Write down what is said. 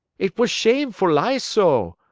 it was shame for lie so.